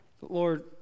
Lord